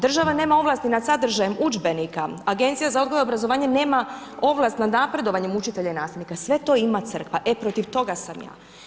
Država nema ovlasti nad sadržajem udžbenika, Agencija za odgoj, obrazovanje nema ovlast nad napredovanjem učitelja i nastavnika, sve to ima Crkva, e protiv toga sam ja.